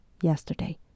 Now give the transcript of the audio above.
yesterday